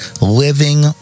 living